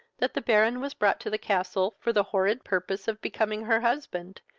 that the baron was brought to the castle for the horrid purpose of becoming her husband,